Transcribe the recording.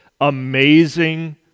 Amazing